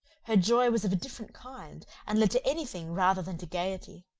her joy was of a different kind, and led to any thing rather than to gaiety.